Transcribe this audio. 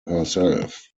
herself